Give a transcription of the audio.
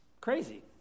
crazy